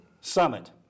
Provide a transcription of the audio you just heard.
Summit